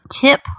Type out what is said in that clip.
tip